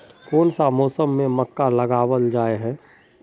कोन सा मौसम में मक्का लगावल जाय है?